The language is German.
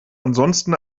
ansonsten